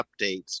updates